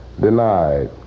denied